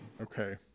Okay